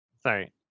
Sorry